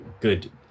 good